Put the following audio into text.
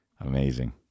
Amazing